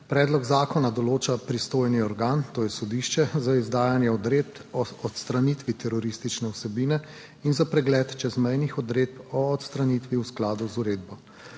Predlog zakona določa pristojni organ, to je sodišče, za izdajanje odredb o odstranitvi teroristične vsebine in za pregled čezmejnih odredb o odstranitvi v skladu z uredbo.